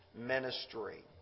ministry